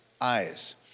eyes